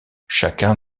chacun